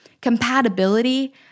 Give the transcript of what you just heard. Compatibility